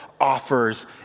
offers